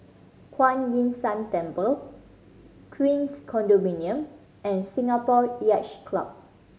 Kuan Yin San Temple Queens Condominium and Singapore Yacht Club